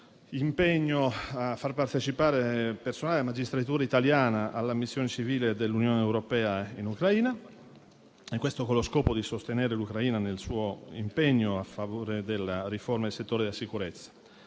impegno a far partecipare personale della magistratura italiana alla missione civile dell'Unione europea in Ucraina, questo con lo scopo di sostenere l'Ucraina nel suo impegno a favore della riforma del settore della sicurezza.